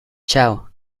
chao